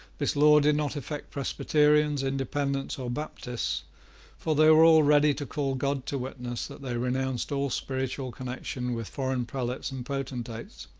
this law did not affect presbyterians, independents, or baptists for they were all ready to call god to witness that they renounced all spiritual connection with foreign prelates and potentates.